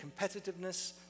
competitiveness